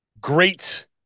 great